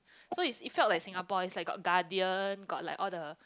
so is is fact of like Singapore is like got gardens got like all the